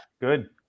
good